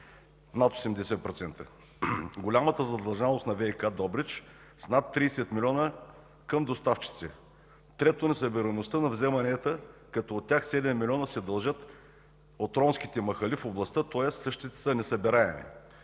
Второ, голямата задлъжнялост на ВиК – Добрич, с над 30 млн. лв. към доставчици. Трето, несъбираемост на вземанията, като от тях седем милиона се дължат от ромските махали в областта, тоест същите са несъбираеми.